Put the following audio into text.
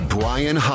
Brian